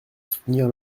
soutenir